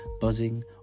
buzzing